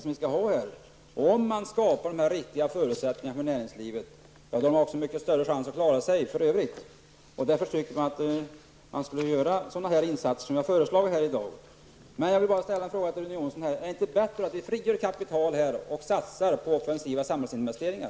Om riktiga förutsättningar skapas för näringslivet, har näringslivet också större chans att klara sig för övrigt. Därför tycker jag att sådana insatser som jag har föreslagit i dag skall genomföras. Är det inte bättre att frigöra kapital och satsa på offensiva samhällsinvesteringar?